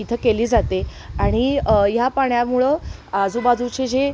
इथं केली जाते आणि ह्या पाण्यामुळं आजूबाजूचे जे